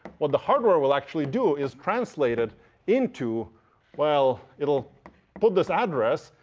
what the hardware will actually do is translate it into well, it'll put this address,